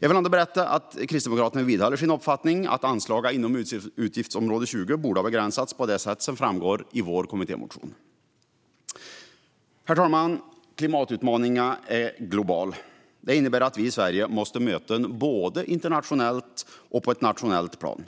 Jag vill ändå berätta att Kristdemokraterna vidhåller sin uppfattning att anslagen inom utgiftsområde 20 borde ha begränsats på det sätt som framgår av vår kommittémotion. Herr talman! Klimatutmaningen är global. Det innebär att vi i Sverige måste möta den på både ett internationellt och ett nationellt plan.